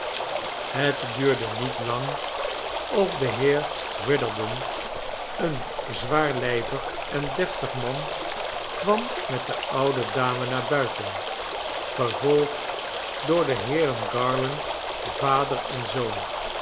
het duurde niet lang of de heer witherden een zwaarlijvig en deftig man kwam met de oude dame naar buiten gevolgd door de heeren garland vader en zoon